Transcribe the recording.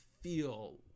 feel